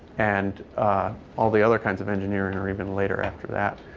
and all the other kinds of engineering are even later after that.